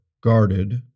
guarded